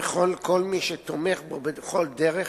וכל מי שתומך בו בכל דרך,